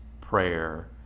prayer